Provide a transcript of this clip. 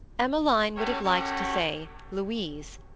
emmeline would have liked to say louise,